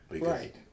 Right